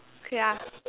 okay ah